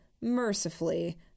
mercifully